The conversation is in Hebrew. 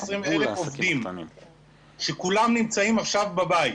אלף עובדים שכולם נמצאים עכשיו בבית.